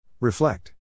Reflect